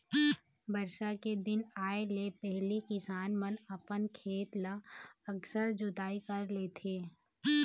बरसा के दिन आए ले पहिली किसान मन अपन खेत ल अकरस जोतई कर लेथे